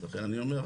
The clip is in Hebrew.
לכן אני אומר,